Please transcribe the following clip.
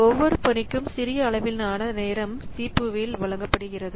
ஒவ்வொரு பணிக்கும் சிறிய அளவிலான நேரம் CPU வில் வழங்கப்படுகிறது